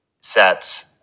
sets